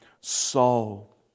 soul